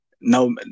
no